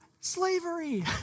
slavery